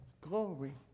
glory